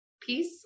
Peace